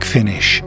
Finish